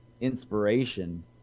inspiration